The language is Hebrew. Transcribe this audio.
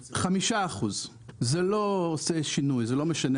5% זה לא עושה שינוי, זה לא משנה